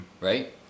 right